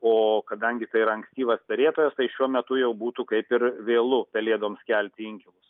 o kadangi tai yra ankstyvas perėtojas tai šiuo metu jau būtų kaip ir vėlu pelėdoms kelti inkilus